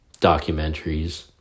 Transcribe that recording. documentaries